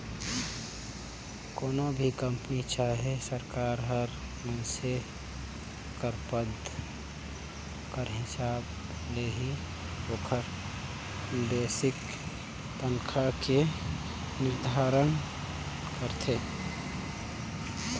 कोनो भी कंपनी चहे सरकार हर मइनसे कर पद कर हिसाब ले ही ओकर बेसिक तनखा के निरधारन करथे